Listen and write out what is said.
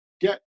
get